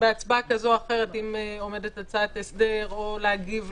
תנאי סף ובחינה מקצועית תנאי סף לרשימות נאמנים 17.(א)כשיר להיכלל